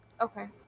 okay